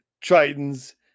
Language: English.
Tritons